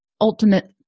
ultimate